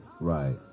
Right